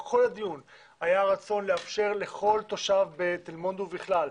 כל הדיון היה רצון לאפשר לכל תושב בתל מונד ובכלל,